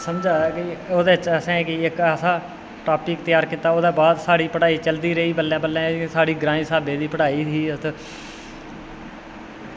समझ आया ओह्दे च असेंगी इक टॉपिक त्यार कीता ओह्दे बाद साढ़ी पढ़ाई चलदी रेही बल्लें बल्लें साढ़ी ग्राईं स्हाबै दी पढ़ाई ही